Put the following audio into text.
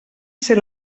ser